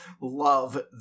love